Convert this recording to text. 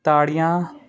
ਤਾੜੀਆਂ